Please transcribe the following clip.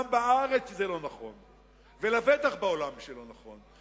גם בארץ זה לא נכון, ולבטח בעולם זה לא נכון.